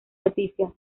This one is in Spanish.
noticias